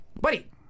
Buddy